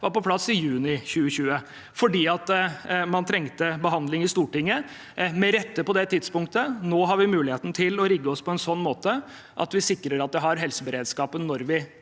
var på plass i juni 2020, fordi man trengte behandling i Stortinget. Det var med rette på det tidspunktet – nå har vi muligheten til å rigge oss på en sånn måte at vi sikrer at vi har helseberedskapen når vi